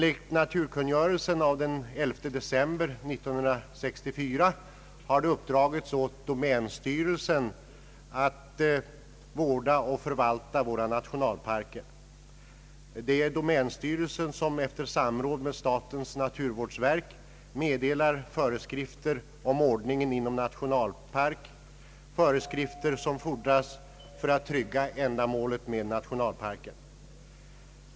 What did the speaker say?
I naturvårdskungörelsen av den 11 december 1964 uppdrogs åt domänstyrelsen att vårda och förvalta våra nationalparker. Det är domänstyrelsen som efter samråd med statens naturvårdsverk meddelar föreskrifter om ordningen inom nationalparkerna och de föreskrifter som fordras för att trygga ändamålet med nationalparker.